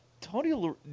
Tony